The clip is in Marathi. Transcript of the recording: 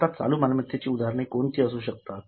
आता चालू मालमत्तेची उदाहरणे कोणती असू शकतात